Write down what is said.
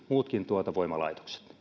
muutkin voimalaitokset